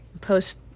post